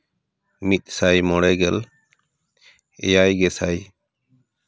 ᱢᱤᱫ ᱥᱟᱭ ᱢᱚᱬᱮ ᱜᱮᱞ ᱮᱭᱟᱭ ᱜᱮᱥᱟᱭ